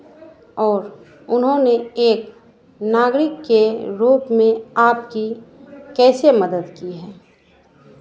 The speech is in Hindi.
और उन्होंने एक नागरिक के रूप में आपकी कैसे मदद की है